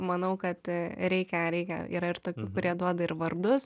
manau kad reikia reikia yra ir tokių kurie duoda ir vardus